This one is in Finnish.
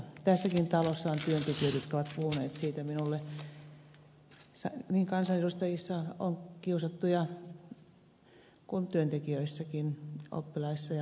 tässäkin talossa on työntekijöitä jotka ovat puhuneet siitä minulle kiusattuja on niin kansanedustajissa kuin työntekijöissäkin oppilaissa ja muuallakin